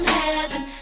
heaven